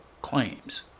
claims